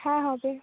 হ্যাঁ হবে